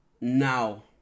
now